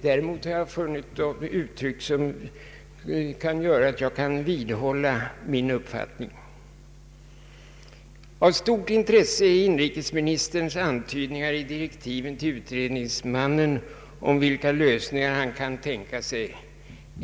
Däremot har jag funnit uttryck som gör att jag kan vidhålla min uppfattning. Av stort intresse är inrikesministerns antydningar i direktiven till utredningsmannen om vilka lösningar han kan tänka sig.